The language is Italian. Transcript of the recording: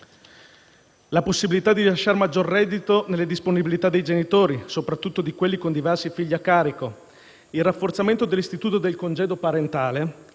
la possibilità di lasciare maggior reddito nelle disponibilità dei genitori, soprattutto di quelli con diversi figli a carico; il rafforzamento dell'istituto del congedo parentale;